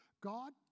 God